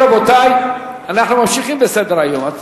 רבותי, אנחנו ממשיכים בסדר-היום.